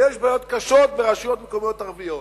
ויש בעיות קשות ברשויות מקומיות ערביות.